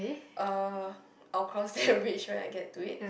uh I will cross that bridge when I get to it